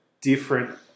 different